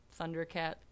Thundercat